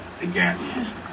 again